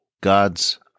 God's